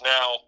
Now